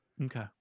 Okay